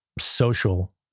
social